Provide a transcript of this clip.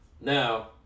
Now